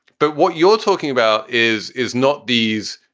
but what you're talking about is, is not these,